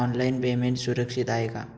Online payment सुरक्षित आहे का?